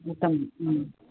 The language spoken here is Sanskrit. उत्तमम्